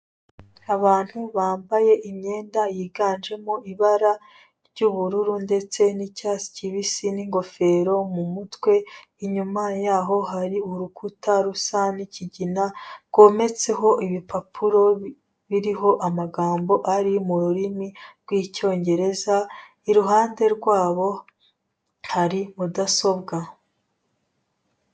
Abantu bambaye imyenda yiganjemo ibara ry'ubururu ndetse n'icyatsi kibisi n'ingofero mu mutwe, inyuma yaho hariho urukuta rusa n'ikigina, rwometseho ibipapuro biriho amagambo ari mu rurimi rw'Icyongereza, irihande rwabo hari mudasobwa.